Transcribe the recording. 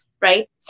right